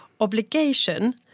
Obligation